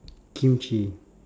kimchi